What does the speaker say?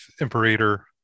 imperator